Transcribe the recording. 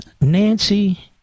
Nancy